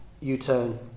U-turn